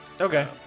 okay